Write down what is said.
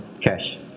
Cash